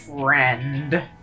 Friend